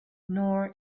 nor